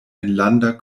enlanda